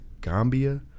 Gambia